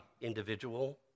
individual